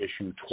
issue